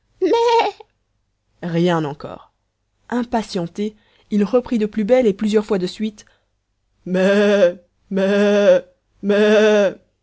rien encore impatienté il reprit de plus belle et plusieurs fois de suite